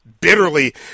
bitterly